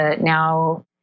now